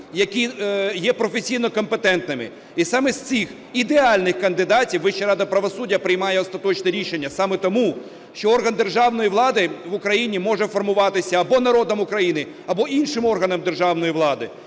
які є професійно компетентними. І саме з цих ідеальних кандидатів Вища рада правосуддя приймає остаточне рішення, саме тому, що орган державної влади в Україні може формуватися або народом України, або іншими органами державної влади.